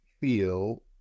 feel